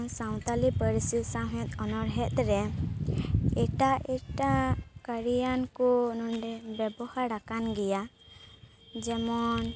ᱥᱟᱶᱛᱟᱞᱤ ᱯᱟᱹᱨᱥᱤ ᱥᱟᱶᱦᱮᱫ ᱚᱱᱚᱲᱦᱮᱸᱫ ᱨᱮ ᱮᱴᱟᱜ ᱮᱴᱟᱜ ᱠᱟᱨᱤᱭᱟᱱ ᱠᱩ ᱱᱚᱰᱮ ᱵᱮᱵᱚᱦᱟᱨ ᱟᱠᱟᱱ ᱜᱮᱭᱟ ᱡᱮᱢᱚᱱ